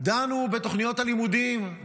דנו בתוכניות הלימודים,